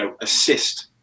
assist